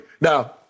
Now